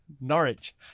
Norwich